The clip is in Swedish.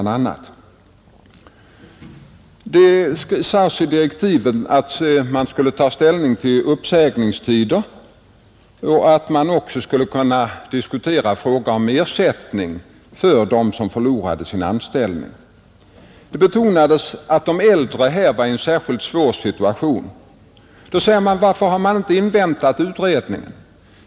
Det sades i direktiven att utredningen skulle ta ställning till uppsägningstiden och att den också skulle kunna diskutera frågan om ersättning till dem som förlorade sin anställning. Det betonades att de äldre var i en särskilt svår situation. Då frågade herr Hovhammar varför vi inte har inväntat resultatet av utredningen.